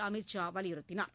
அமித் ஷா வலியுறுத்தினார்